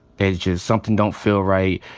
it's just something don't feel right.